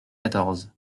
quatorze